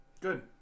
good